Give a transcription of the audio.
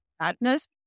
sadness